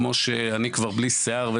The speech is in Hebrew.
כמו שאני כבר בלי שיער,